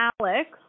Alex